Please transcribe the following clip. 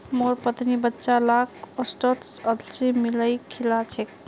मोर पत्नी बच्चा लाक ओट्सत अलसी मिलइ खिला छेक